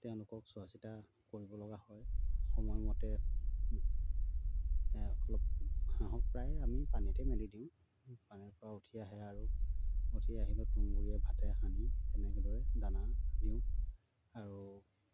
তেওঁলোকক চোৱাচিতা কৰিব লগা হয় সময়মতে অলপ হাঁহক প্ৰায়ে আমি পানীতে মেলি দিওঁ পানীৰপৰা উঠি আহে আৰু উঠি আহিলেও তুঁহ গুৰিয়ে ভাতে সানি তেনেদৰে দানা দিওঁ আৰু